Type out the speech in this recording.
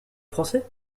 français